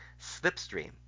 Slipstream